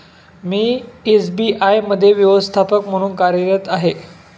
मी SBI मध्ये व्यवस्थापक म्हणून कार्यरत आहे